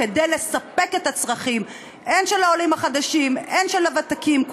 כדי לספק את הצרכים הן של העולים החדשים והן של הוותיקים,